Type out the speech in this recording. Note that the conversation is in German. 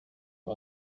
wir